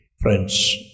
Friends